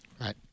Right